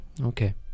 okay